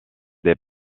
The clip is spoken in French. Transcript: des